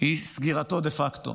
היא סגירתו דה פקטו,